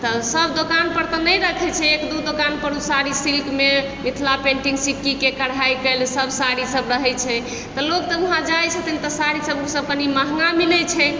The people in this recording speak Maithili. तऽ सभदोकानपर तऽ नहि रखै छै एक दू दोकानपर रखै छै ओ साड़ी सिल्कमे मिथिला पेन्टिङ्ग सिक्कीके कढ़ाइ कएल सभ साड़ीसभ रहै छै तऽ लोक तऽ उहाँ जाइ छथिन तऽ ओ सभ साड़ी कनि महङ्गा मिलै छै